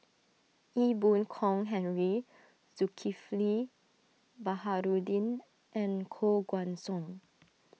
Ee Boon Kong Henry Zulkifli Baharudin and Koh Guan Song